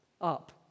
up